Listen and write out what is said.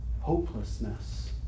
hopelessness